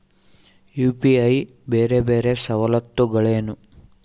UPI ಬೇರೆ ಬೇರೆ ಸವಲತ್ತುಗಳೇನು?